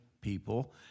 people